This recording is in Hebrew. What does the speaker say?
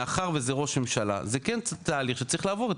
מאחר וזה ראש ממשלה זה כן תהליך שצריך לעבור.